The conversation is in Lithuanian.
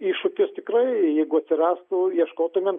iššūkis tikrai jeigu atsirastų ieškotumėm